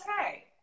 okay